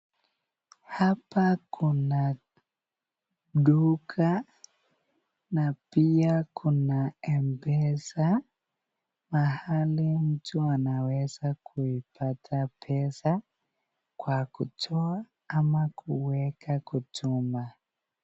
Hapa kuna duka na pia kuna mpesa mahali mtu anaweza kuipata pesa kwa kutoa ama kuweka kutuma.